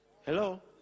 Hello